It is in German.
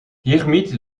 hiermit